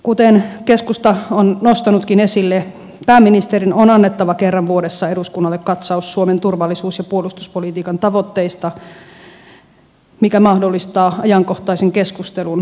kuten keskusta on nostanutkin esille pääministerin on annettava kerran vuodessa eduskunnalle katsaus suomen turvallisuus ja puolustuspolitiikan tavoitteista mikä mahdollistaa ajankohtaisen keskustelun